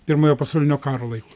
pirmojo pasaulinio karo laikų